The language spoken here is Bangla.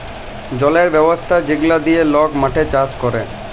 জলের ব্যবস্থা যেগলা দিঁয়ে লক মাঠে চাষ ক্যরে